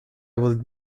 would